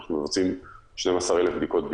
אנחנו מבצעים 12,000 בדיקות ביום,